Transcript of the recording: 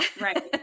right